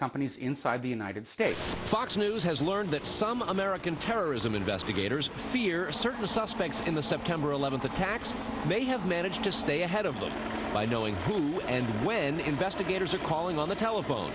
companies inside the united states fox news has learned that some american terrorism investigators fear certain the suspects in the september eleventh attacks may have managed to stay ahead of them by knowing who and when investigators are calling on the telephone